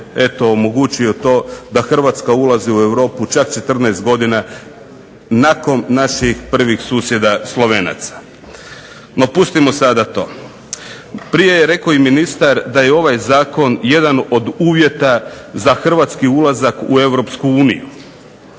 eto omogućio to da Hrvatska ulazi u Europu čak 14 godina nakon naših prvih susjeda Slovenaca. No pustimo sada to. Prije je rekao i ministar da je ovaj zakon jedan od uvjeta za hrvatski ulazak u Europsku uniju.